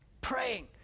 praying